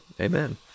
Amen